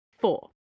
four